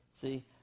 See